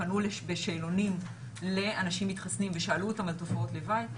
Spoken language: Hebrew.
הם פנו בשאלונים לאנשים מתחסנים ושאלו אותם על תופעות לוואי,